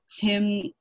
Tim